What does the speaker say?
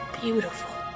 beautiful